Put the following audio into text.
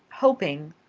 hoping,